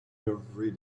every